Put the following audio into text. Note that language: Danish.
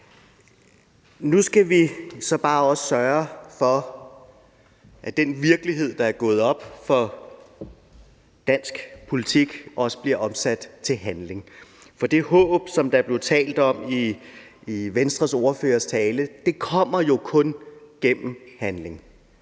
Nu skal vi så bare sørge for, at den virkelighed, der er gået op for danske politikere, også bliver omsat til handling. Det håb, der blev talt om i Venstres ordførers tale, kommer jo kun gennem handling.